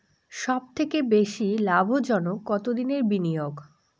সবথেকে বেশি লাভজনক কতদিনের বিনিয়োগ?